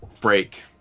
break